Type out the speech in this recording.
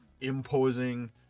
imposing